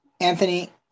Anthony